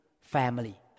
family